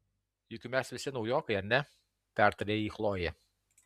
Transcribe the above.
juk mes visi naujokai ar ne pertarė jį chlojė